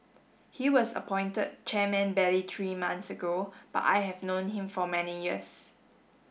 he was appointed chairman barely three months ago but I have known him for many years